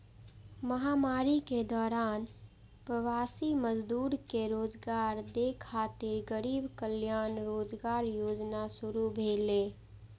महामारी के दौरान प्रवासी मजदूर कें रोजगार दै खातिर गरीब कल्याण रोजगार योजना शुरू भेलै